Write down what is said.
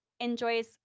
enjoys